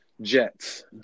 Jets